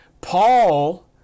Paul